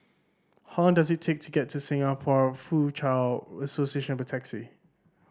how long does it take to get to Singapore Foochow Association by taxi